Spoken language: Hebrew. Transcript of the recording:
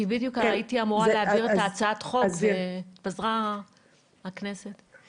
כי בדיוק הייתי אמורה להעביר את הצעת החוק והכנסת התפזרה.